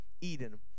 Eden